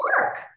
work